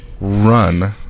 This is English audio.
run